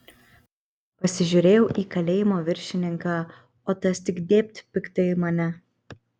pasižiūrėjau į kalėjimo viršininką o tas tik dėbt piktai į mane